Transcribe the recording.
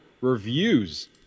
reviews